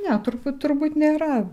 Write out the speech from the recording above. ne turbūt turbūt nėra